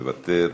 מוותר,